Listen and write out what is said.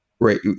Right